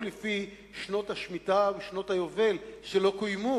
לפי שנות השמיטה ושנות היובל שלא קוימו,